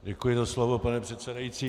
Děkuji za slovo, pane předsedající.